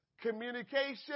communication